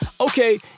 okay